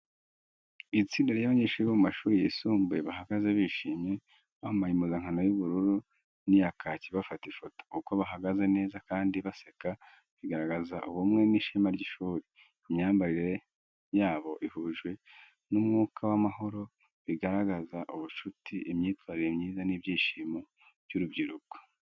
Itsinda ry’abanyeshuri bo mu mashuri yisumbuye bahagaze bishimye, bambaye impuzankano y’ubururu n’iya kaki bafata ifoto. Uko bahagaze neza kandi baseka bigaragaza ubumwe n’ishema ry’ishuri. Imyambarire yabo ihuje n’umwuka w’amahoro bigaragaza ubucuti, imyitwarire myiza n’ibyishimo by’urubyiruko.